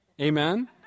Amen